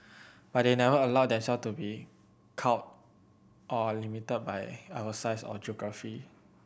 but they never allowed themselves to be cowed or limited by our size or geography